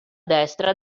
destra